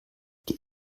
die